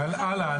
הלאה.